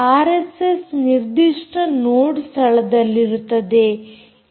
RSS ನಿರ್ದಿಷ್ಟ node ಸ್ಥಳದಲ್ಲಿರುತ್ತದೆ